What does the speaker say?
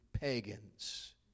pagans